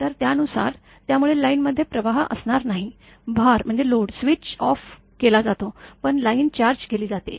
तर त्यानुसार त्यामुळे लाईन मध्ये प्रवाह असणार नाही भार स्विच ऑफ केलाजातो पण लाईन चार्ज केली जाते